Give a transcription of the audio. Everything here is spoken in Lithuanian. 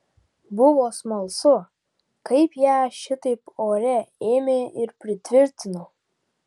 buvo smalsu kaip ją šitaip ore ėmė ir pritvirtino